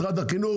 משרד החינוך,